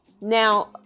Now